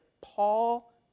Paul